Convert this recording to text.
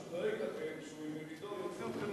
אני פשוט דואג לכם שמרידור יוציא אתכם מהממשלה.